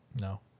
No